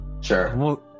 Sure